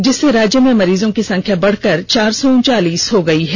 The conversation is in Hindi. जिससे राज्य में मरीजों की संख्या बढ़कर चार सौ उनचालीस हो गई है